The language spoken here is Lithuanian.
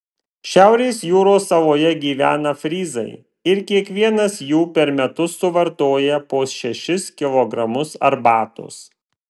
šiaurės jūros saloje gyvena fryzai ir kiekvienas jų per metus suvartoja po šešis kilogramus arbatos